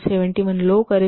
71 लो करेल